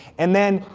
and then,